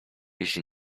jeśli